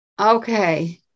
Okay